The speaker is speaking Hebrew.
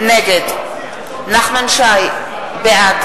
נגד נחמן שי, בעד